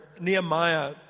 Nehemiah